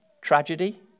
tragedy